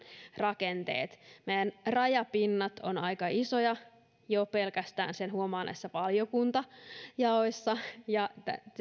rakenteet meidän rajapintamme ovat aika isoja jo pelkästään näissä valiokuntajaoissa